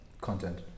content